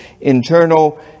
internal